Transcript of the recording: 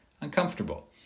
uncomfortable